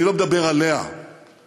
אני לא מדבר עליה כתנאים,